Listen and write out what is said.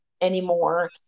anymore